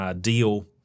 deal